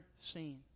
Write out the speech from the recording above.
seen